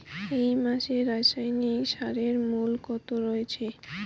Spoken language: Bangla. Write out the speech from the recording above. এই মাসে রাসায়নিক সারের মূল্য কত রয়েছে?